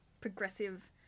progressive